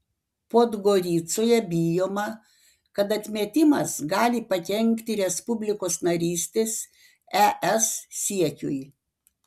podgoricoje bijoma kad atmetimas gali pakenkti respublikos narystės es siekiui